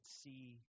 see